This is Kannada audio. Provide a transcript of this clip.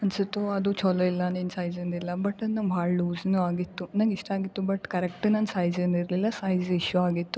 ಅನಿಸಿತ್ತು ಅದು ಚಲೋ ಇಲ್ಲ ನಿನ್ನ ಸೈಜಿಂದು ಇಲ್ಲ ಬಟ್ ಅದು ನಂಗೆ ಭಾಳ ಲೂಸ್ನು ಆಗಿತ್ತು ನಂಗೆ ಇಷ್ಟ ಆಗಿ ತುಂಬ ಕರೆಕ್ಟ್ ನನ್ನ ಸೈಜಿಂದು ಇರಲಿಲ್ಲ ಸೈಜ್ ಇಶ್ಯೂ ಆಗಿತ್ತು